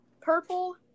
Purple